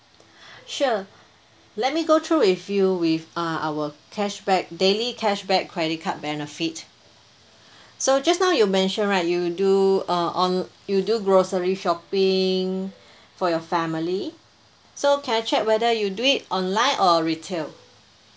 sure let me go through with you with uh our cashback daily cashback credit card benefit so just now you mentioned right you do uh onl~ you do grocery shopping for your family so can I check whether you do it online or retail